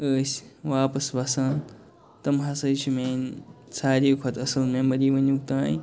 ٲسۍ واپَس وَسان تِم ہسا چھِ میٲنۍ سارِوٕے کھۄتہٕ اصٕل میمری وٕنیُک تانۍ